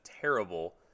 terrible